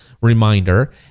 reminder